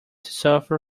suffer